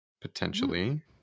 potentially